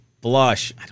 blush